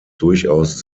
durchaus